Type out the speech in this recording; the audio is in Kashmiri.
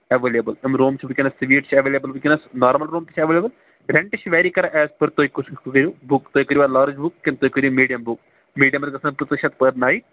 ایٚویلیبٕل یِم روٗم چھِ وُنۍکیٚنَس سُویٖٹ چھِ ایٚویلیبٕل وُنۍکیٚنَس نارمَل روٗم تہِ چھِ ایٚویلیبٕل رینٛٹ تہِ چھِ ویٚری کَران ایٚز پٔر تُہۍ کُس ہِیٛوٗ کٔرِو بُک تُہۍ کٔرۍوا لارٕج بُک کِنہٕ تُہۍ کٔرِو میٖڈِیَم بُک میٖڈیَمَس گَژھَن پٍنٛژٕ شٮ۪تھ پٔر نایِٹ